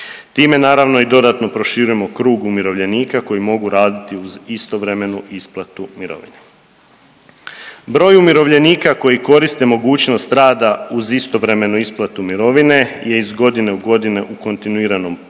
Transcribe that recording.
Time naravno i dodatno proširujemo krug umirovljenika koji mogu raditi uz istovremenu isplatu mirovine. Broj umirovljenika koji koriste mogućnost rada uz istovremenu isplatu mirovine je iz godine u godinu u kontinuiranom porastu